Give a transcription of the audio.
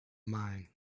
mind